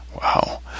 Wow